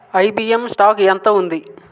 IBM stock ఎంత ఉంది